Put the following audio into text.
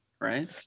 Right